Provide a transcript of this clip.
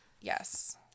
Yes